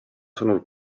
sõnul